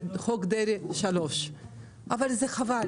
יהיה לנו את "חוק דרעי 3". חבל.